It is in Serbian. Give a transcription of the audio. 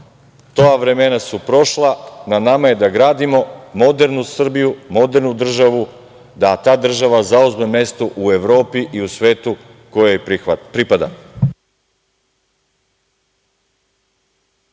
ta vremena su prošla, na nama je da gradimo modernu Srbiju, modernu državu, da ta država zauzme mesto u Evropi i u svetu koje joj pripada.